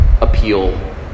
appeal